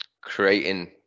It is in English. creating